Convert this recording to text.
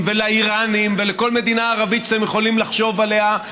ולאיראנים ולכל מדינה ערבית שאתם יכולים לחשוב עליה,